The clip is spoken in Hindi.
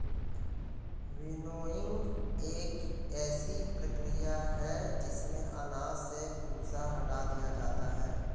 विनोइंग एक ऐसी प्रक्रिया है जिसमें अनाज से भूसा हटा दिया जाता है